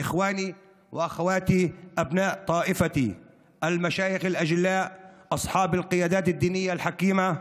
ועכשיו אני פונה מעל בימת הכנסת לבני עדת הדרוזים בישראל,